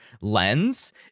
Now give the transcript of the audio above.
lens